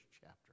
chapter